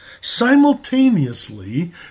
Simultaneously